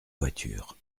voiture